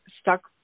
stuck